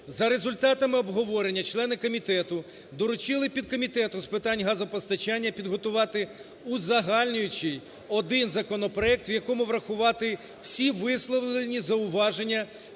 За результатами обговорення члени комітету доручили підкомітету з питань газопостачання підготувати узагальнюючий один законопроект, у якому врахувати всі висловлені зауваження